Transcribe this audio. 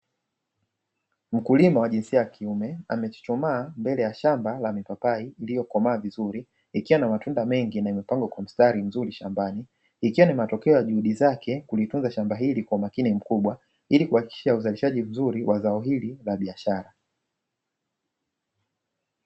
Mkulima wa jinsia ya kiume ,amechuchumaa mbele ya shamba la mapapai iliyokomaa vizuri ,ikiwa na matunda mengi na imepangwa kwa mstari mzuri shambani. Ikiwa ni matokeo ya juhudi zake kulitunza shamba hili kwa umakini mkubwa ili kuhakikisha udharirishaji mzuri wa zao hili la biashara.